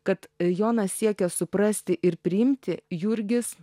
kad jonas siekia suprasti ir priimti jurgis